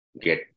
get